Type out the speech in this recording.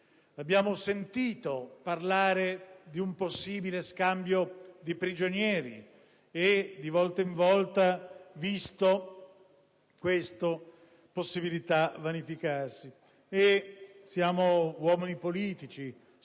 abbiamo sentito parlare di un possibile scambio di prigionieri e, di volta in volta, visto questa possibilità vanificarsi. Siamo uomini politici